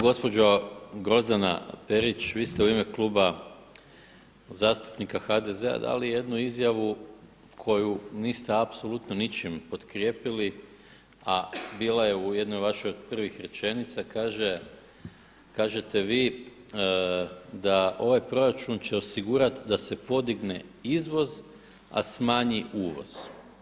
Gospođo Grozdana Perić vi ste u ime Kluba zastupnika HDZ-a dali jednu izjavu koju niste apsolutno ničim potkrijepili a bila je u jednoj vašoj od prvih rečenica, kažete vi da ovaj proračun će osigurat da se podigne izvoz a smanji uvoz.